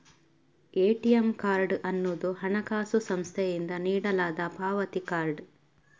ATM card ಅನ್ನುದು ಹಣಕಾಸು ಸಂಸ್ಥೆಯಿಂದ ನೀಡಲಾದ ಪಾವತಿ ಕಾರ್ಡ್